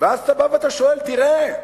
ואז אתה בא ואתה שואל: תראה,